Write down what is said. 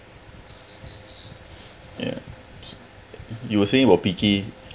yeah you were saying about picky